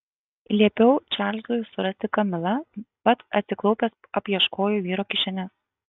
liepiau čarlzui surasti kamilą pats atsiklaupęs apieškojau vyro kišenes